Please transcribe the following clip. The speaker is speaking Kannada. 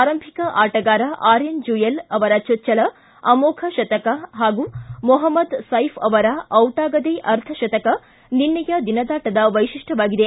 ಆರಂಭಿಕ ಆಟಗಾರ ಆರ್ಯನ್ ಜುಯಲ್ ಅವರ ಜೊಚ್ಡಲ ಅಮೋಫ್ ಶತಕ ಪಾಗೂ ಮೊಪಮ್ಮದ್ ಸೈಫ್ ಅವರ ದಿಟಾಗದೇ ಅರ್ಧಶತಕ ನಿನ್ನೆಯ ದಿನದಾಟದ ವೈಶಿಷ್ಠ್ವವಾಗಿದೆ